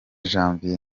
janvier